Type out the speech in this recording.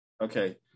Okay